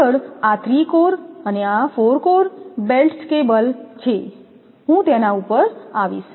આગળ આ three core અને 4 કોર બેલ્ટ્ડ કેબલ્સ છે હું તેના પર આવીશ